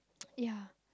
ya